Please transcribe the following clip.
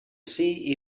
see